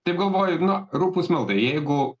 taip galvoju na rupūs miltai jeigu